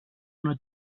una